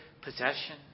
possession